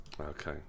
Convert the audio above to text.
Okay